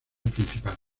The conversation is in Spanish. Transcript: principal